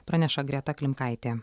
praneša greta klimkaitė